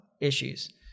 issues